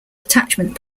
attachment